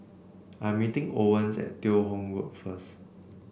I'm meeting Owens at Teo Hong Road first